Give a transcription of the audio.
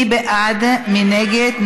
מי בעד, מי נגד?